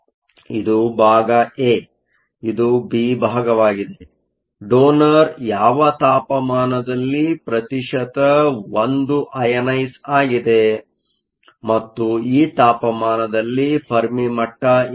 ಇದು ಭಾಗ ಎ ಇದು ಬಿ ಭಾಗವಾಗಿದೆ ಡೋನರ್Donor ಯಾವ ತಾಪಮಾನದಲ್ಲಿ ಪ್ರತಿಶತ 1 ಅಯನೈಸ಼್ ಆಗಿದೆ ಮತ್ತು ಈ ತಾಪಮಾನದಲ್ಲಿ ಫೆರ್ಮಿ ಮಟ್ಟ ಎಲ್ಲಿದೆ